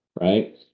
right